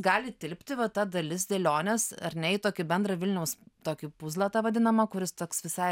gali tilpti va ta dalis dėlionės ar ne į tokį bendrą vilniaus tokį puzlą tą vadinamą kuris toks visai